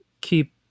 keep